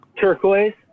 turquoise